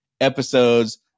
episodes